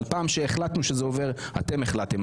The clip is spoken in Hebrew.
אבל פעם שהחלטנו שזה עובר אתם החלטתם,